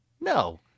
no